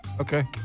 Okay